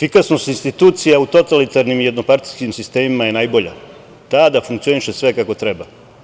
Efikasnost institucija u totalitarnim jednopartijskim sistemima je najbolja, tada funkcioniše sve kako treba.